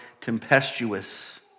tempestuous